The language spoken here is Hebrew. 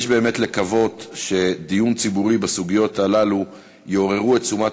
יש באמת לקוות שדיון ציבורי בסוגיות הללו יעורר את תשומת